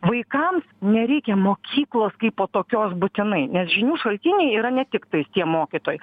vaikams nereikia mokyklos kaipo tokios būtinai nes žinių šaltiniai yra ne tiktais tie mokytojai